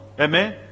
Amen